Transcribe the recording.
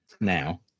now